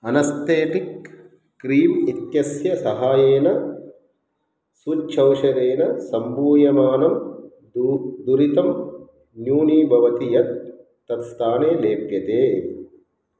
anaesthetic cream इत्यस्य सहायेन सूच्यौषधेन सम्भूयमानं दू दुरितं न्यूनीभवति यत् तत् स्थाने लेप्यते